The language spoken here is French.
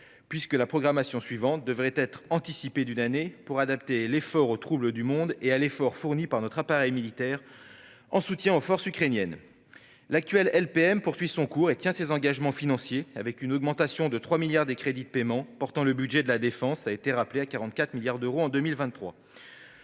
effet, la programmation suivante devrait être avancée d'une année pour adapter l'effort aux troubles du monde et à l'aide fournie par notre appareil militaire en soutien aux forces ukrainiennes. L'actuelle LPM poursuit son cours et tient ses engagements financiers, avec une augmentation de 3 milliards des crédits de paiement, qui porte le budget de la défense à 44 milliards d'euros en 2023.